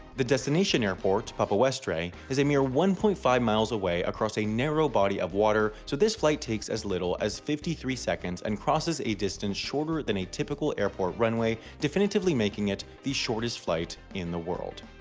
the destination airport, papa westray, is a mere one point five miles away across a narrow body of water so this flight takes as little as fifty three seconds and crosses a distance shorter than a typical airport runway definitively making it the shortest flight in the world.